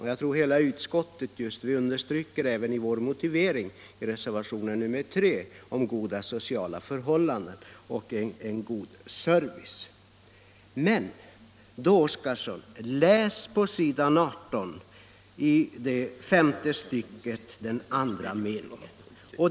Också i motiveringen till vår reservation nr 3 framhålls vikten av goda sociala förhållanden och en fullvärdig service. Men sedan. Läs, herr Oskarson, på s. 18, femte stycket, andra meningen.